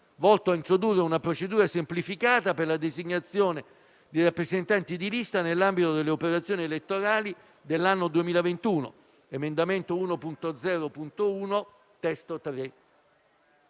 volto a introdurre una procedura semplificata per la designazione dei rappresentanti di lista nell'ambito delle operazioni elettorali dell'anno 2021: emendamento 1.0.1 (testo 3).